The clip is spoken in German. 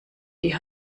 die